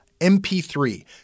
MP3